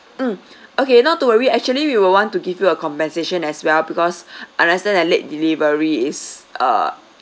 mm okay not to worry actually we will want to give you a compensation as well because understand that late delivery is uh